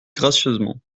gracieusement